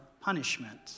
punishment